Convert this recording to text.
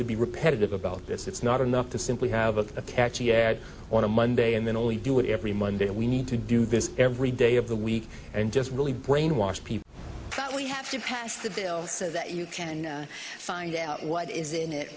to be repetitive about this it's not enough to simply have a catchy ad on a monday and then only do it every monday we need to do this every day of the week and just really brainwash people that we have to pass the bill so that you can find out what is in it